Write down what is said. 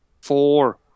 four